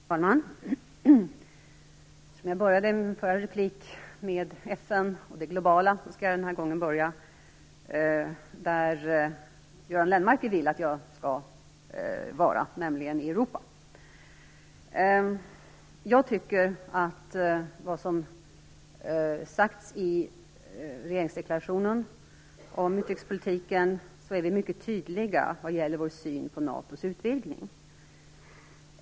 Fru talman! Eftersom jag började min förra replik med FN och det globala, skall jag den här gången börja där Göran Lennmarker vill att jag skall vara, nämligen i Europa. Jag tycker att det som sagts i regeringsdeklarationen om utrikespolitiken är mycket tydligt vad gäller vår syn på NATO:s utvidgning.